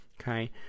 okay